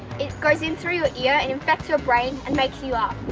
it goes in through your ear and infects your brain and makes you um